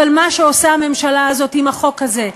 אבל מה שעושה הממשלה הזאת עם החוק הזה,